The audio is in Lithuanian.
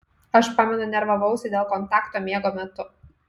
aš pamenu nervavausi dėl kontakto miego metu